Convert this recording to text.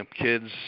kids